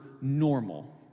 normal